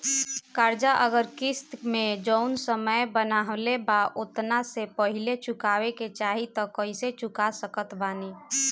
कर्जा अगर किश्त मे जऊन समय बनहाएल बा ओतना से पहिले चुकावे के चाहीं त कइसे चुका सकत बानी?